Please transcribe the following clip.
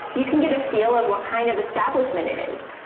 you can get a feel of what kind of establishment it is,